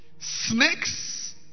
Snakes